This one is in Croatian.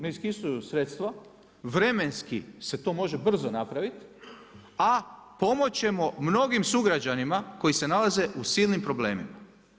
Ne iziskuju sredstva, vremenski se to može brzo napraviti, a pomoći ćemo mnogim sugrađanima koji se nalaze u silnim problemima.